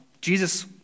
Jesus